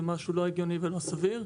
זה משהו לא הגיוני ולא סביר.